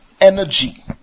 energy